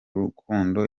rukundo